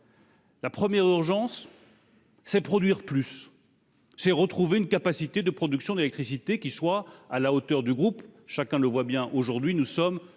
La première urgence est de produire plus, retrouver une capacité de production d'électricité qui soit à la hauteur du groupe. Chacun le voit bien : nous sommes